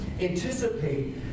anticipate